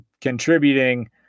contributing